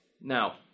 Now